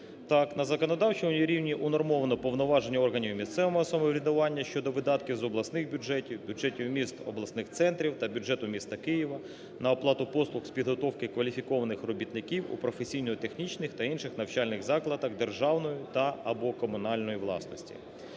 Так, на законодавчому рівні унормовано повноваження органів місцевого самоврядування щодо видатків з обласних бюджетів, бюджетів міст обласних центрів та бюджету міста Києва на оплату послуг з підготовки кваліфікованих робітників у професійно-технічних та інших навчальних закладах державної та/або комунальної власності.